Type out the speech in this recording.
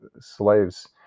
slaves